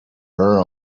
her